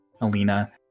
Alina